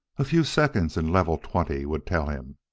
a few seconds in level twenty would tell him.